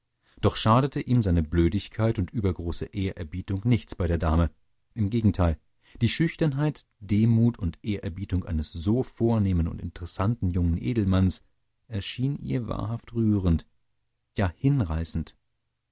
doch schadete ihm seine blödigkeit und übergroße ehrerbietung nichts bei der dame im gegenteil die schüchternheit demut und ehrerbietung eines so vornehmen und interessanten jungen edelmanns erschien ihr wahrhaft rührend ja hinreißend